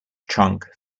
trunk